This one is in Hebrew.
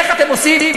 איך אתם עושים,